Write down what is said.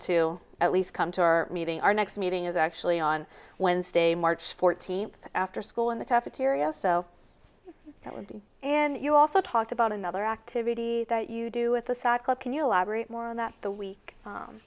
to at least come to our meeting our next meeting is actually on wednesday march fourteenth after school in the cafeteria so that would be and you also talked about another activity that you do with a sack club can you elaborate more on that the week